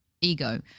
ego